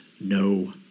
no